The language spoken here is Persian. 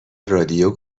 رادیو